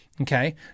Okay